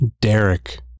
Derek